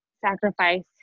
sacrifice